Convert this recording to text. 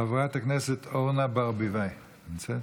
חברת הכנסת אורנה ברביבאי נמצאת?